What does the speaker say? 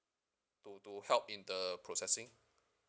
to to help in the processing